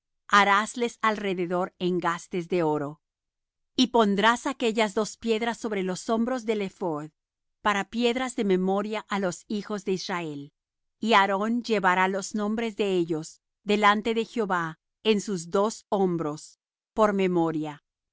israel harásles alrededor engastes de oro y pondrás aquellas dos piedras sobre los hombros del ephod para piedras de memoria á los hijos de israel y aarón llevará los nombres de ellos delante de jehová en sus dos hombros por memoria